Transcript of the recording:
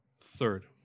third